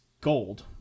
gold